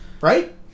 Right